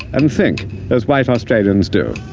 and think as white australians do.